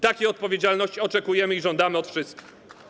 Takiej odpowiedzialności oczekujemy i żądamy od wszystkich.